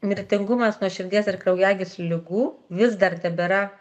mirtingumas nuo širdies ir kraujagyslių ligų vis dar tebėra